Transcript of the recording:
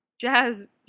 Jazz